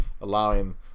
allowing